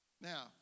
Now